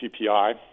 CPI